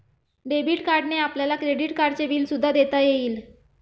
debit कार्डने आपल्याला credit कार्डचे बिल सुद्धा देता येईल